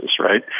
right